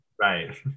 Right